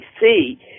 see